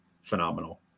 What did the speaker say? phenomenal